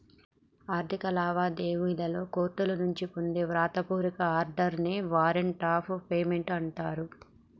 ఆర్థిక లావాదేవీలలో కోర్టుల నుంచి పొందే వ్రాత పూర్వక ఆర్డర్ నే వారెంట్ ఆఫ్ పేమెంట్ అంటరు